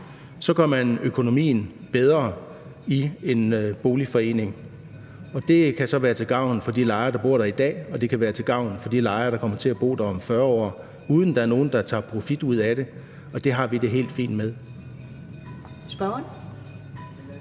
gør man økonomien bedre i en boligforening, og det kan så være til gavn for de lejere, der bor der i dag, og det kan være til gavn for de lejere, der kommer til at bo der om 40 år, uden at der er nogen, der tager profit ud af det, og det har vi det helt fint med.